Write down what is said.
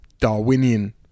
Darwinian